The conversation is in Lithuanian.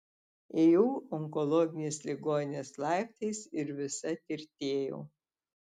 ėjau onkologinės ligoninės laiptais ir visa tirtėjau